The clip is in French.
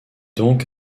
donc